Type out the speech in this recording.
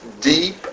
deep